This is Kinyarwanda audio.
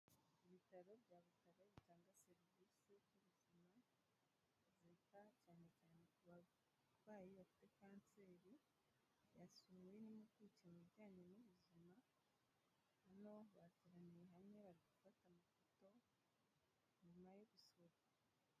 Ibitaro bya Butare bitanga serivisi zubuzima zita cyane cyane ku barwayi bafite kanseri, byasuwe n'impuguke mu bijyanye n'ubuzima, noneho bateraniye hamwe bari gufata amafoto nyuma yo gusohoka.